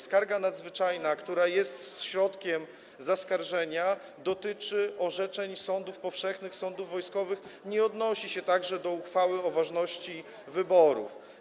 Skarga nadzwyczajna, która jest środkiem zaskarżenia, dotyczy orzeczeń sądów powszechnych i sądów wojskowych i także nie odnosi się do uchwały o ważności wyborów,